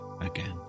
again